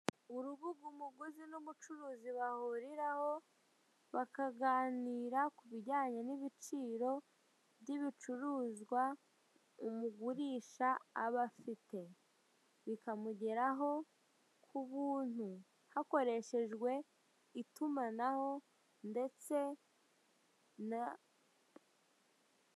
Urubuga umuguzi n'umucuruzi bahuriraho bakaganira ku bijyanye n'ibiciro by'ibicuruzwa umugurisha aba afite. Bikamugeraho ku buntu. Hakoreshejwe itumanaho ndetse na,...